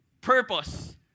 purpose